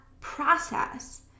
process